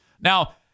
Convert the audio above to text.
Now